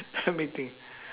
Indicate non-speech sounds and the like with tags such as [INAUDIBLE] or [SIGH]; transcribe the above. [NOISE] let me think